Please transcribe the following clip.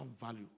value